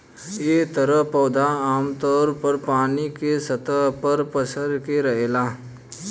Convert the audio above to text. एह तरह पौधा आमतौर पर पानी के सतह पर पसर के रहेला